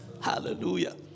Hallelujah